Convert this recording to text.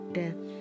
death